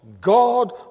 God